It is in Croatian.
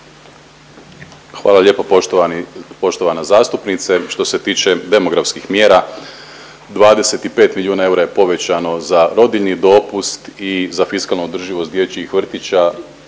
Hvala lijepo poštovani, poštovana zastupnice. Što se tiče demografskih mjera, 25 milijuna eura je povećano za rodiljni dopust i za fiskalnu održivost dječjih vrtića